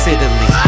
Italy